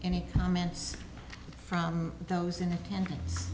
any comments from those in attendance